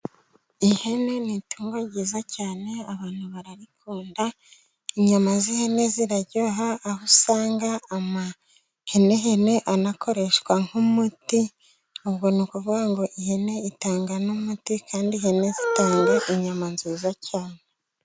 Ihene n'itungo ryiza cyane abantu barayikunda. Inyama z'ihene ziraryoha, aho usanga amahene anakoreshwa nk'umuti ubwo nukuvuga ngo ihene itanga n'umuti kandi ihene zitanga inyama nziza cyane.